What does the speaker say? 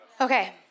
Okay